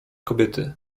kobiety